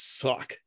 suck